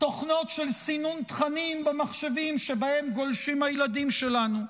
תוכנות של סינון תכנים במחשבים שבהם גולשים הילדים שלנו.